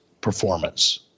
performance